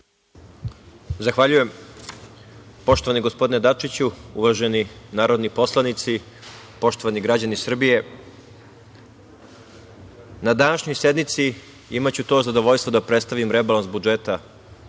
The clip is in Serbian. Zahvaljujem. Poštovani gospodine Dačiću, uvaženi narodni poslanici, poštovani građani Srbije, na današnjoj sednici imaću to zadovoljstvo da predstavim rebalans budžeta